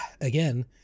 again